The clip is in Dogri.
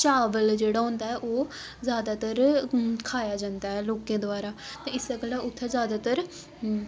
चावल जेह्ड़ा होंदा ऐ ओह् ज्यादातर खाया जंदा ऐ लोकें द्वारा ते इस्सै गल्ला उत्थें ज्यादातर